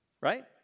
right